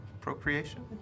procreation